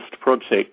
project